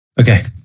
Okay